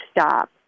stop